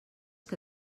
que